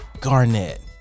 Garnett